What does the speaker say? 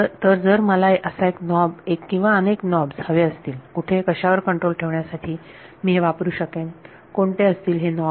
तर जर मला असा एक नॉब एक किंवा अनेक नॉबज हवे असतील कुठे कशावर कंट्रोल ठेवण्यासाठी मी हे वापरू शकेन कोणते असतील हे नॉबज